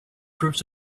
groups